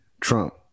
Trump